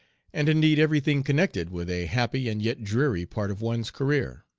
and indeed every thing connected with a happy and yet dreary part of one's career.